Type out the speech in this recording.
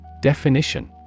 Definition